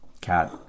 cat